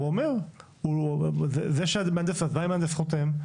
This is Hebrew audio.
הוא אומר, אז מה אם המהנדס חותם?